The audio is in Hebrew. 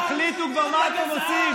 תחליטו כבר מה אתם עושים.